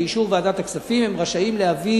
באישור ועדת הכספים, להביא